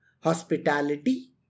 hospitality